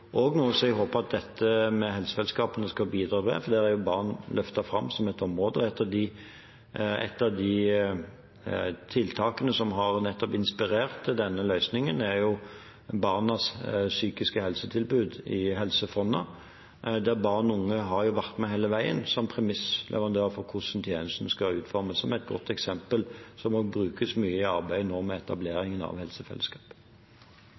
jeg håper at helsefellesskapene skal bidra med – at barn blir løftet fram som et område. Et av de tiltakene som har inspirert denne løsningen, er barnas psykiske helsetilbud i Helse Fonna. Der har barn og unge vært med hele tiden som premissleverandører for hvordan tjenesten skal utformes. Det er et godt eksempel som nå må brukes mye i arbeidet med